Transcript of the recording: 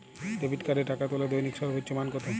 Debit কার্ডে টাকা তোলার দৈনিক সর্বোচ্চ মান কতো?